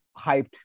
hyped